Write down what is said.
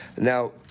Now